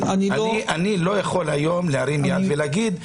אני לא יכול היום להרים יד ולהגיד,